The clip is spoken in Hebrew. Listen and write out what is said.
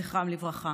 זכרם לברכה.